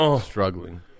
struggling